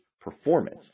performance